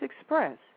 express